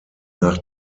nach